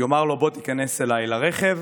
יאמר לו: בוא תיכנס אליי לרכב,